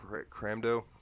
Cramdo